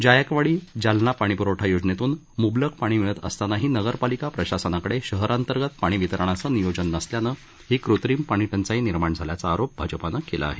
जायकवाडी जालना पाणीप्रवठा योजनेतून मुबलक पाणी मिळत असतानाही नगरपालिका प्रशासनाकडे शहरांतर्गत पाणीवितरणाचं नियोजन नसल्यानं ही कृत्रिम पाणीटंचाई निर्माण झाल्याचा आरोप भाजपानं केला आहे